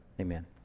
Amen